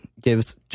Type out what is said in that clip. gives